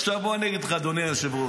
עכשיו, בוא אני אגיד לך, אדוני היושב-ראש,